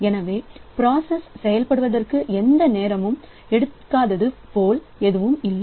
எனவே பிராசஸ் செயல்படுத்துவதற்கு எந்த நேரமும் எடுக்காதது போல் எதுவும் இல்லை